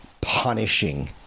punishing